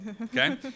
Okay